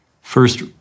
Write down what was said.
first